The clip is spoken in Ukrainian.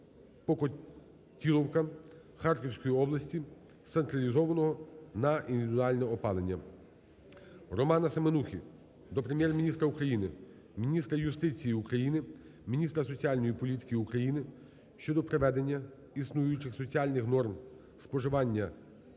Покотіловка Харківської області з централізованого на індивідуальне опалення. Романа Семенухи до Прем'єр-міністра України, міністра юстиції України, міністра соціальної політики України щодо приведення існуючих соціальних норм споживання